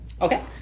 Okay